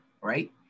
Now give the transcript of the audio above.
right